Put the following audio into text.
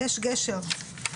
יש גשר,